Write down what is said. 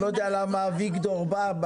אני לא יודע למה אביגדור בא.